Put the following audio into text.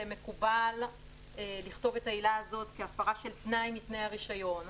שמקובל לכתוב את העילה הזאת כהפרה של תנאי מתנאי הרישיון.